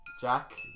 Jack